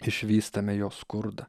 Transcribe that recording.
išvystame jo skurdą